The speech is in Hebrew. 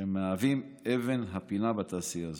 שמהווים את אבן הפינה בתעשייה זו.